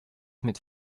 mit